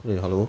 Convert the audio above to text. eh hello